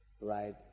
Right